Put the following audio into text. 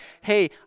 hey